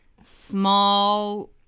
small